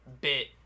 bit